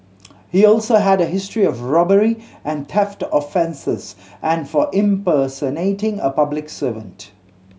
he also had a history of robbery and theft offences and for impersonating a public servant